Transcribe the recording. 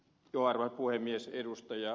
tiusaselle